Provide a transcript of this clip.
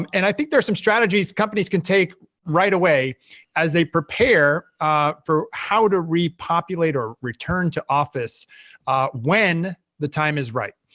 and i think there are some strategies companies can take right away as they prepare for how to repopulate or return to office when the time is right.